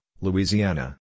Louisiana